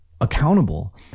accountable